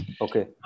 Okay